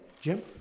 Jim